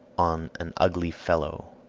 on an ugly fellow